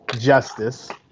justice